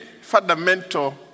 fundamental